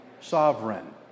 sovereign